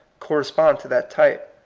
corre spond to that type.